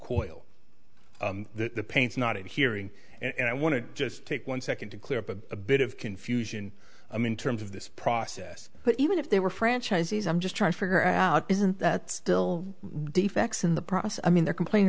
coil the pain is not hearing and i want to just take one second to clear up a bit of confusion i'm in terms of this process but even if they were franchisees i'm just trying to figure out isn't that still defects in the process i mean they're complaining